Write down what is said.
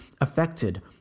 affected